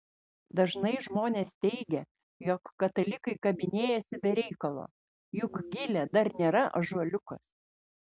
dažnai žmonės teigia jog katalikai kabinėjasi be reikalo juk gilė dar nėra ąžuoliukas